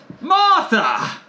Martha